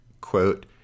quote